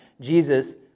Jesus